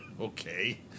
Okay